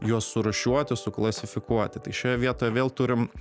juos surūšiuoti suklasifikuoti tai šioje vietoje vėl turim